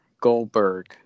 Goldberg